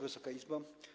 Wysoka Izbo!